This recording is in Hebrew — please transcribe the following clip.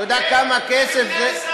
אתה רוצה להגדיל את המדינה נכון?